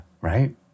right